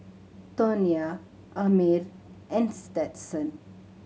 Tonya Amir and Stetson